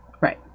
Right